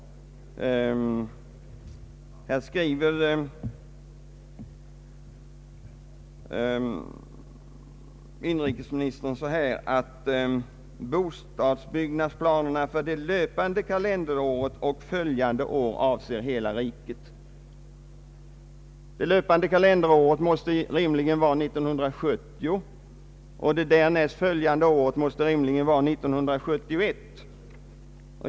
Där står: ”Bostadsbyggnadsplanerna för det löpande kalenderåret och följande år avser hela riket.” Det löpande kalenderåret måste rimligen vara 1970, och det närnäst följande året måste rimligen vara 1971.